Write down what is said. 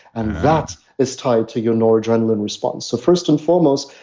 and that is tied to your noradrenaline response. so first and foremost,